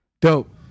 Dope